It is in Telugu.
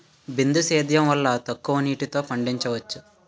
బిందు సేద్యం వల్ల తక్కువ నీటితో పండించవచ్చు